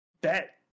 bet